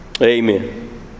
amen